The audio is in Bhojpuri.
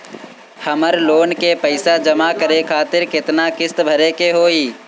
हमर लोन के पइसा जमा करे खातिर केतना किस्त भरे के होई?